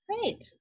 Great